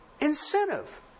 Incentive